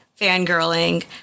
fangirling